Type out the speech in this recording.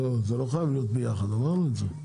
לא, זה לא חייב להיות ביחד, אמרנו את זה.